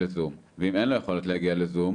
ואם אין לו יכולת להגיע לזום,